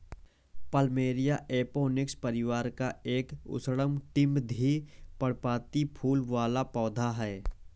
plumeria Apocynaceae परिवार का एक उष्णकटिबंधीय, पर्णपाती फूल वाला पौधा है